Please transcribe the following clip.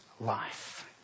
life